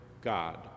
God